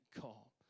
call